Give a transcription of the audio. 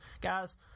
guys